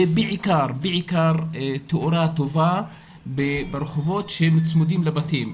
ובעיקר תאורה טובה ברחובות שצמודים לבתים,